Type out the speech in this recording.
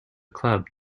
club